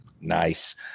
Nice